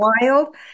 wild